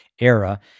era